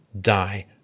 die